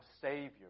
savior